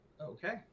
Okay